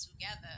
together